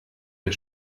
der